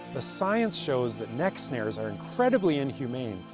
the science shows that neck snares are incredibly inhumane,